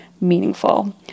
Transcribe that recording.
meaningful